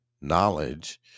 knowledge